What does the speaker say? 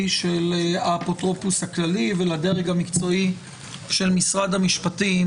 של האפוטרופוס הכללי ולדרג המקצועי של משרד המשפטים,